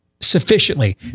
sufficiently